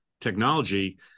technology